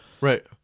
right